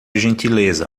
gentileza